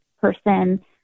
person